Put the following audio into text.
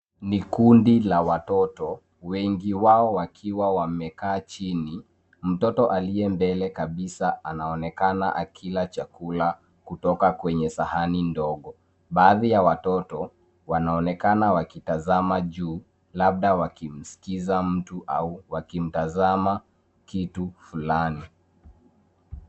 Ni kundi la watoto wengi wao wakiwa wamekaa chini. Mtoto aliye mbele kabisa anaonekana akila chakula kutoka kwenye sahani ndogo. Baadhi ya watoto wanaonekana wakitazama juu labda wakimskiza mtu au wakimtazama kitu fulani.